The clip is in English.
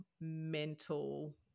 mental